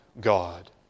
God